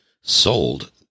sold